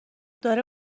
داره